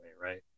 right